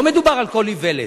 לא מדובר על כל איוולת.